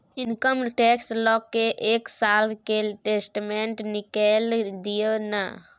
Income tax ल एक साल के स्टेटमेंट निकैल दियो न?